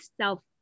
self